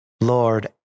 Lord